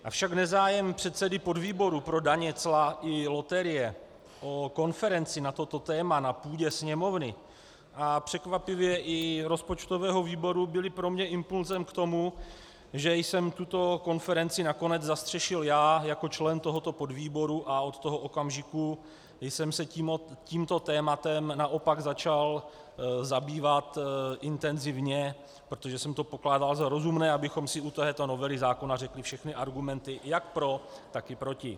Avšak nezájem předsedy podvýboru pro daně, cla i loterie o konferenci na toto téma na půdě Sněmovny a překvapivě i rozpočtového výboru byl pro mě impulsem k tomu, že jsem tuto konferenci nakonec zastřešil já jako člen tohoto podvýboru a od toho okamžiku jsem se tímto tématem naopak začal zabývat intenzivně, protože jsem pokládal za rozumné, abychom i u této novely zákona řekli všechny argumenty jak pro, tak i proti.